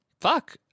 fuck